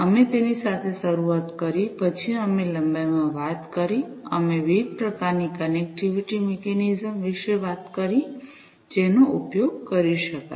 અમે તેની સાથે શરૂઆત કરી પછી અમે લંબાઈમાં વાત કરી અમે વિવિધ પ્રકારની કનેક્ટિવિટી મિકેનિઝમ્સ વિશે વાત કરી જેનો ઉપયોગ કરી શકાય